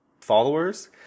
followers